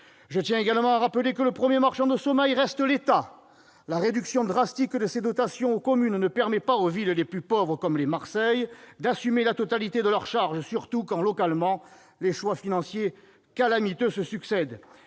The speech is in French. Je tiens également à rappeler que le premier marchand de sommeil reste l'État : la réduction drastique de ses dotations aux communes ne permet pas aux villes les plus pauvres, à l'instar de Marseille, d'assumer la totalité de leurs charges, surtout quand, localement, les choix financiers calamiteux se succèdent.